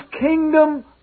kingdom